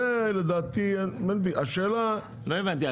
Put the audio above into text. לא הבנתי.